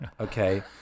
Okay